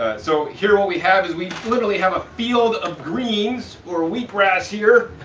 so here what we have is we literally have a field of greens or wheatgrass here.